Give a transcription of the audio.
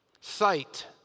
sight